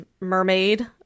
mermaid